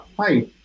hi